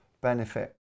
benefit